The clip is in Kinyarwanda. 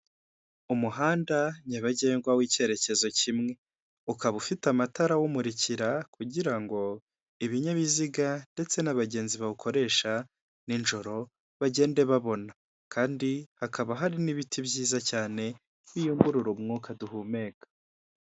Umuhanda nyabagendwa w'icyerekezo kimwe. Ukaba ufite amatara awumurikira kugirango ibinyabiziga, ndetse n'abagenzi bawukoresha nijoro bagende babona. Kandi hakaba hari n'ibiti byiza cyane biyungurura umwuka duhumeka.